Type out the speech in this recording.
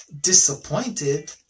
disappointed